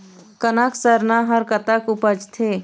कनक सरना हर कतक उपजथे?